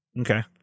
Okay